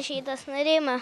šytas nurimo